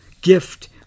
gift